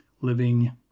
living